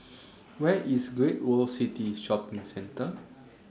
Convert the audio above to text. Where IS Great World City Shopping Centre